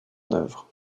œuvre